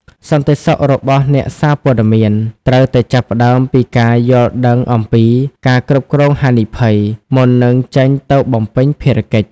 សន្តិសុខរបស់អ្នកសារព័ត៌មានត្រូវតែចាប់ផ្តើមពីការយល់ដឹងអំពី "ការគ្រប់គ្រងហានិភ័យ" មុននឹងចេញទៅបំពេញភារកិច្ច។